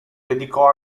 dedicò